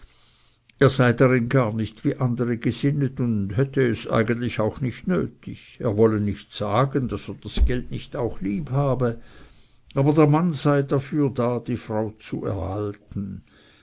sei darin gar nicht wie andere gesinnet und hätte es eigentlich auch nicht nötig er wolle nicht sagen daß er das geld nicht auch lieb habe aber der mann sei dafür da die frau zu erhalten